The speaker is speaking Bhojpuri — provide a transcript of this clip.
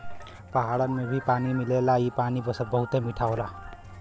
पहाड़न में भी पानी मिलेला इ पानी बहुते मीठा होला